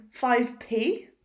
5p